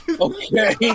okay